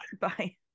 Bye